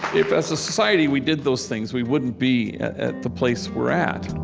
if, as a society, we did those things, we wouldn't be at at the place we're at